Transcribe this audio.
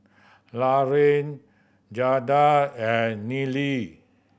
Laraine Jayda and Neely